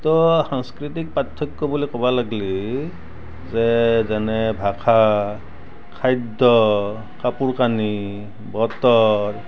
তো সাংস্কৃতিক পাৰ্থক্য বুলি ক'ব লাগিলে যে যেনে ভাষা খাদ্য কাপোৰ কানি বতৰ